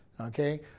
Okay